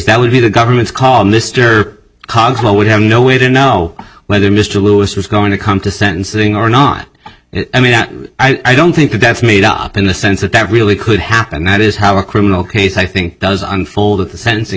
that would be the government's call mr cogswell would have no way to know whether mr lewis was going to come to sentencing or not i mean i don't think that's made up in the sense that that really could happen and that is how a criminal case i think does unfold at the sentencing